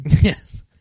Yes